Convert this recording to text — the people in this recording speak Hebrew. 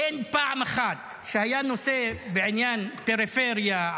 אין פעם אחת שהיה נושא בעניין פריפריה,